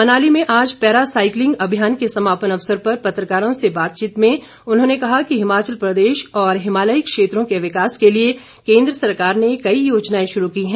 मनाली में आज para cycling अभियान के समापन अवसर पर पत्रकारों से बातचीत में उन्होंने कहा कि हिमाचल प्रदेश और हिमालयी क्षेत्रों के विकास के लिए केन्द्र सरकार ने कई योजनाए शुरू की हैं